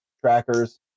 trackers